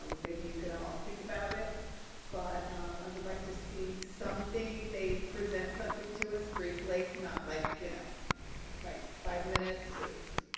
um maybe you can all think about it but i would like to see something, they present something to us briefly. not like you know like five minutes or, so